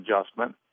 adjustment